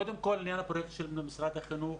קודם כל עניין הפרויקט של משרד החינוך,